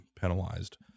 penalized